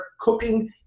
cooking